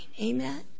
Amen